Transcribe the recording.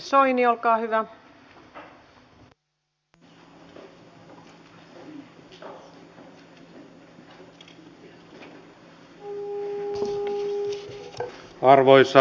arvoisa rouva puhemies